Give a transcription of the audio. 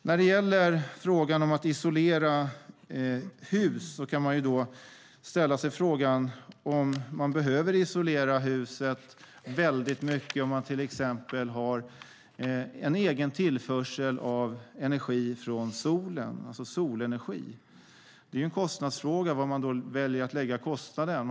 När det gäller att isolera hus kan man ställa sig frågan om man behöver isolera huset väldigt mycket om man till exempel har en egen tillförsel av energi från solen, det vill säga solenergi. Det är en fråga var man väljer att lägga kostnaden.